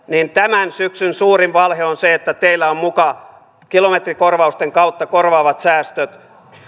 mutta tämän syksyn suurin valhe on se että teillä on muka kilometrikorvausten kautta korvaavat säästöt opetus